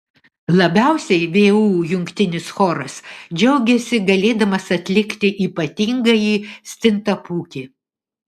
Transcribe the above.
labiausiai vu jungtinis choras džiaugiasi galėdamas atlikti ypatingąjį stintapūkį